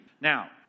Now